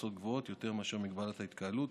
תפוסות גבוהות יותר מאשר מגבלת ההתקהלות,